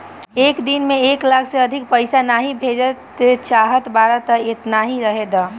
एक दिन में एक लाख से अधिका पईसा नाइ भेजे चाहत बाटअ तअ एतना ही रहे दअ